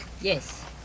Yes